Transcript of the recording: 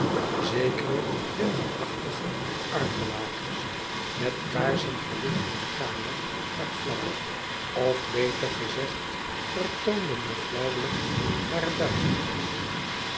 zekere winterachtige armblakers met kaarsen verlichtten de kamer maar flauw of beter gezegd vertoonden maar flauwelijk hare duisternis